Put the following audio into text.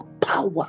power